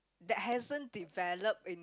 that hasn't develop in